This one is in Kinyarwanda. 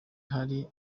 hari